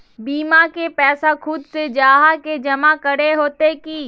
बीमा के पैसा खुद से जाहा के जमा करे होते की?